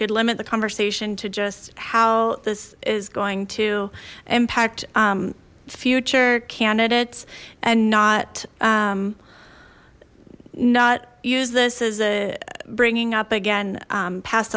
could limit the conversation to just how this is going to impact future candidates and not not use this as a bringing up again past